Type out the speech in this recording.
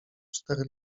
cztery